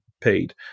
paid